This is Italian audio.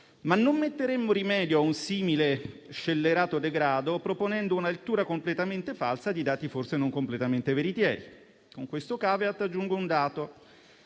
ma non metteremmo rimedio ad un simile scellerato degrado, proponendo una lettura completamente falsa di dati forse non completamente veritieri. Con questo *caveat* aggiungo un dato: